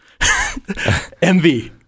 MV